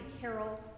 Carol